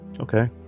Okay